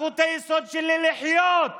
זכות היסוד שלי לחיות,